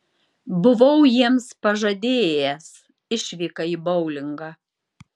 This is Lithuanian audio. buvau jiems pažadėjęs išvyką į boulingą